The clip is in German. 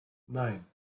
nein